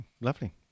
lovely